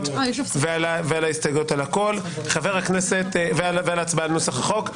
ועל ההסתייגויות על הכול ועל הצבעה על נוסח החוק.